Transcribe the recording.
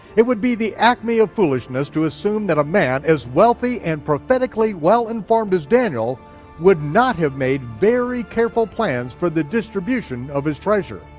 it would be the acme of foolishness to assume that a man as wealthy and prophetically well-informed as daniel would not have made very careful plans for the distribution of his treasure.